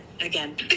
again